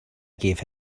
gave